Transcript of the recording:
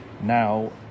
Now